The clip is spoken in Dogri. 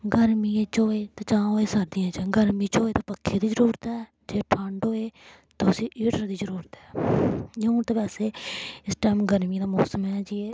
गर्मियें च होए ते जां होए सर्दियें च गर्मी च होए ते पक्खे दी जरूरत ऐ जे ठंड होए ते उस्सी हीटर दी जरूरत ऐ हून ते बैसे इस टाइम गर्मियें दा मौसम ऐ जे